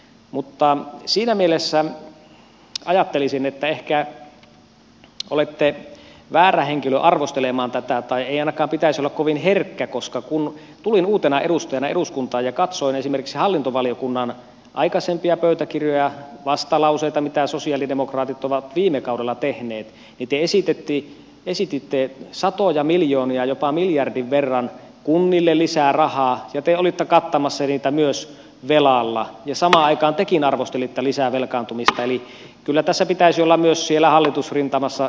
mutta siinä mielessä ajattelisin että ehkä olette väärä henkilö arvostelemaan tätä tai ei ainakaan pitäisi olla kovin herkkä koska kun tulin uutena edustajana eduskuntaan ja katsoin esimerkiksi hallintovaliokunnan aikaisempia pöytäkirjoja vastalauseita mitä sosialidemokraatit ovat viime kaudella tehneet niin te esititte satoja miljoonia jopa miljardin verran kunnille lisää rahaa ja te olitte kattamassa niitä myös velalla ja samaan aikaan tekin arvostelitte lisävelkaantumista eli kyllä tässä pitäisi olla myös siellä hallitusrintamassa johdonmukainen